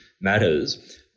matters